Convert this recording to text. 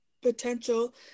Potential